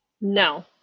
No